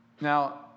Now